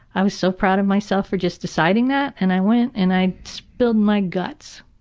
i was so proud of myself for just deciding that, and i went and i spilled my guts.